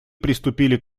приступили